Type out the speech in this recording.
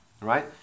right